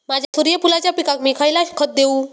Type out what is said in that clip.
माझ्या सूर्यफुलाच्या पिकाक मी खयला खत देवू?